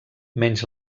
menys